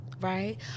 Right